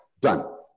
Done